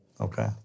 Okay